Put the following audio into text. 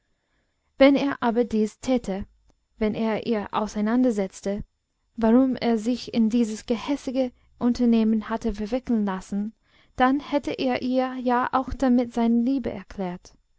wenn er aber dies täte wenn er ihr auseinandersetzte warum er sich in dieses gehässige unternehmen hatte verwickeln lassen dann hätte er ihr ja auch damit seine liebe erklärt